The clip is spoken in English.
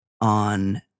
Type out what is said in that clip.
on